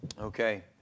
Okay